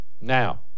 Now